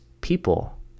people